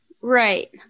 Right